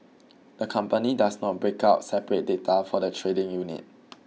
the company does not break out separate data for the trading unit